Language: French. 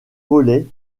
volaient